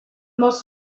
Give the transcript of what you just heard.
most